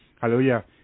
hallelujah